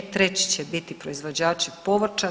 Treći će biti proizvođači povrća.